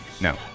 No